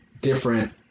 different